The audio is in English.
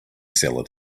seller